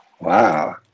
Wow